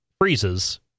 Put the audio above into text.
freezes